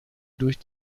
durch